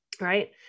right